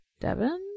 Devin